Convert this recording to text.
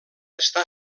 està